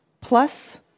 plus